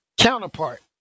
counterpart